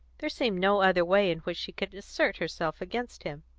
there seemed no other way in which she could assert herself against him.